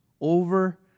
over